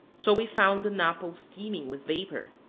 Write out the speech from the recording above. so we found the napo steaming with vapor.